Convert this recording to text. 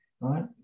right